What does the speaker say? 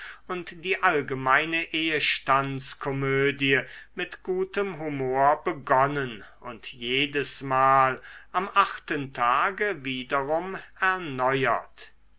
und die allgemeine ehestandskomödie mit gutem humor begonnen und jedesmal am achten tage wiederum erneuert